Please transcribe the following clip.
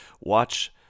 watch